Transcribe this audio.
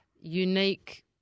unique